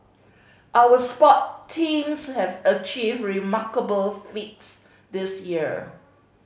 our sport teams have achieved remarkable feats this year